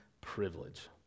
privilege